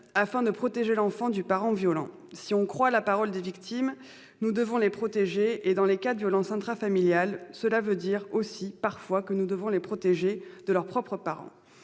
afin de protéger l'enfant du parent violent. Si l'on croit la parole des victimes, il faut les protéger et, dans les cas de violences intrafamiliales, cela veut dire aussi parfois qu'il faut les protéger de leurs propres parents.